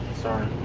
sorry.